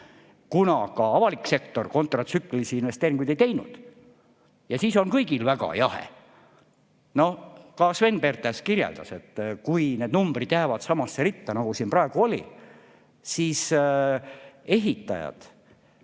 kuna ka avalik sektor kontratsüklilisi investeeringuid ei teinud. Siis on kõigil väga jahe. Ka Sven Pertens kirjeldas, et kui need numbrid jäävad samasse ritta, nagu praegu oli, siis ehitajad,